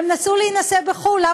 הם נסעו להינשא בחו"ל,